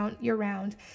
year-round